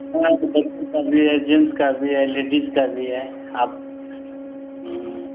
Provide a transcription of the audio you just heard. हाँ यहाँ पर बच्चों का भी है जेन्ट्स का भी है लेडीज का भी है आप